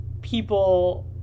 people